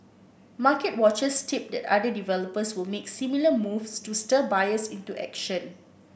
market watchers tip that other developers will make similar moves to stir buyers into action